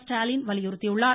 ஸ்டாலின் வலியுறுத்தியுள்ளார்